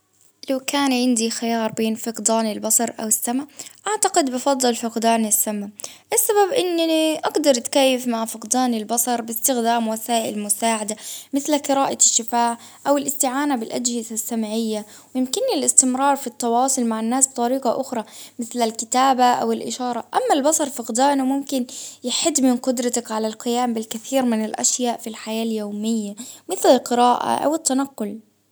لو كان عندي خيار بين فقدان السمع أو البصر أعتقد بفضل الفقدان السمع، السبب إنني أقدر أتكيف مع فقدان البصر بإستخدام وسائل مساعدة مثل قراءة الشفاه أو الإستعانة بالأجهزة السمعية، يمكنني الإستمرار في التواصل مع الناس بطريقة أخرى مثل الكتابة أو أما البصر فقدانه ممكن يحد من قدرتك على القيام بالكثير من الأشياء في الحياة اليومية، مثل القراءة أو التنقل.